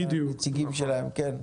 שלום,